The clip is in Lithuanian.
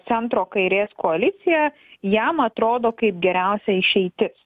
centro kairės koalicija jam atrodo kaip geriausia išeitis